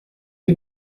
les